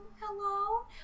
hello